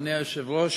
אדוני היושב-ראש,